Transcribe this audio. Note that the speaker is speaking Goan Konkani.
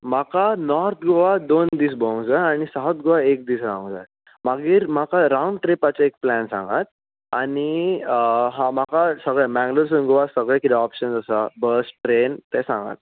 म्हाका नोर्थ गोवा दोन दिस भोवूंक जाय आनी साव्थ गोवा एक दीस रावूंक जाय मागीर म्हाका रावंड ट्रिपाची एक प्लेन सांगात आनी म्हाका सगळें मेंग्लोरसून गोवा सगळें कितें ओप्शन आसा बस ट्रेन तें सांगात